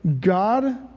God